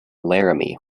laramie